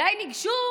אליי ניגשו